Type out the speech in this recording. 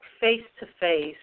face-to-face